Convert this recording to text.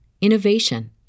innovation